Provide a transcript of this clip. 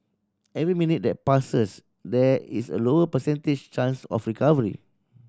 every minute that passes there is a lower percentage chance of recovery